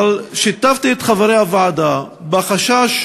אבל שיתפתי את חברי הוועדה בחשש